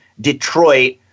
Detroit